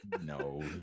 No